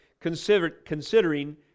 considering